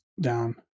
down